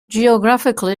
geographically